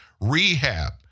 Rehab